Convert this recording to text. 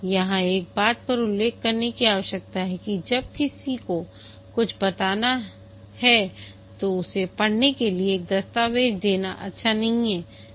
यहां एक बात का उल्लेख करने की आवश्यकता है कि जब किसी को कुछ बताना है तो उसे पढ़ने के लिए एक दस्तावेज देना अच्छा नहीं है